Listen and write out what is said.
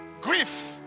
grief